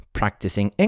practicing